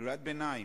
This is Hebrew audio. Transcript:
קריאת ביניים.